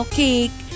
cake